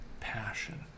Passion